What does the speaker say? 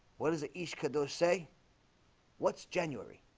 what does the east cadeau say what's january?